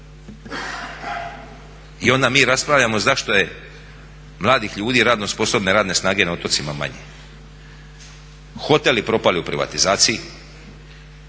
I onda mi raspravljamo zato je mladih ljudi, radno sposobne radne snage na otocima manje. Hoteli propali u privatizaciji